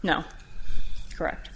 now correct